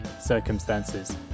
circumstances